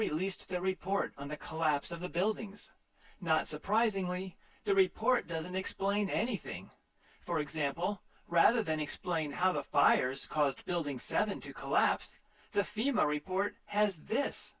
released their report on the collapse of the buildings not surprisingly the report doesn't explain anything for example rather than explain how the fires caused the building seven to collapse the fema report has this